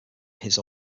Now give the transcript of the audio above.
his